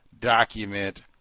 document